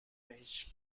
هیچ